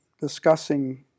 discussing